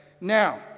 Now